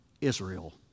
Israel